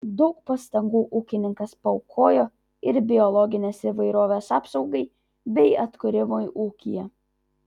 daug pastangų ūkininkas paaukojo ir biologinės įvairovės apsaugai bei atkūrimui ūkyje